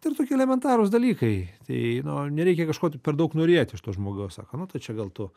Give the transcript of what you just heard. tai ir tokie elementarūs dalykai tai nu nereikia kažko per daug norėti iš to žmogaus sako nu tai čia gal tu